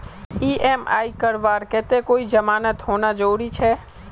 EMI करवार केते कोई जमानत होना जरूरी छे?